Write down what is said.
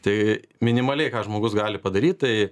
tai minimaliai ką žmogus gali padaryt tai